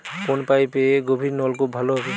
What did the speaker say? কোন পাইপে গভিরনলকুপ ভালো হবে?